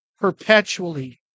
perpetually